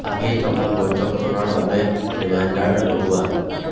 আহি থকা বৈঠকখনৰ বাবে ৰিমাইণ্ডাৰ লগোৱা